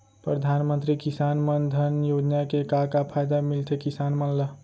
परधानमंतरी किसान मन धन योजना के का का फायदा मिलथे किसान मन ला?